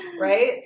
Right